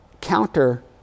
counter